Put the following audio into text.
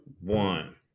one